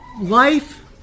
life